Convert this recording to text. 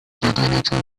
دیدنتون